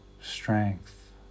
strength